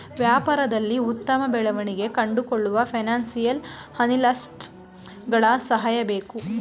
ವ್ಯಾಪಾರದಲ್ಲಿ ಉತ್ತಮ ಬೆಳವಣಿಗೆ ಕಂಡುಕೊಳ್ಳಲು ಫೈನಾನ್ಸಿಯಲ್ ಅನಾಲಿಸ್ಟ್ಸ್ ಗಳ ಸಹಾಯ ಬೇಕು